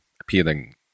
appealing